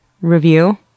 review